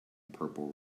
purple